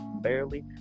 barely